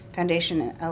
Foundation